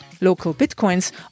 LocalBitcoins